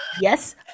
yes